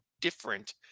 different